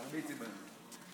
תרביצי בהם.